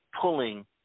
pulling